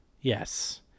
Yes